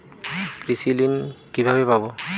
কৃষি ঋন কিভাবে পাব?